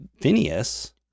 Phineas